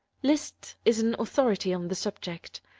liszt is an authority on the subject,